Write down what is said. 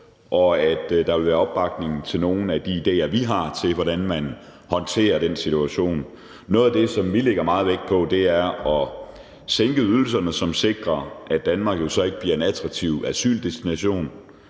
og at der vil være opbakning til nogle af de idéer, vi har, til, hvordan man håndterer den situation. Noget af det, som vi lægger meget vægt på, er at sænke ydelserne for på den måde at sikre, at Danmark ikke bliver en attraktiv asyldestination.